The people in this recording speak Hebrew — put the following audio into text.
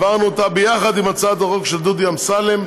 העברנו אותה יחד עם הצעת החוק של דודי אמסלם,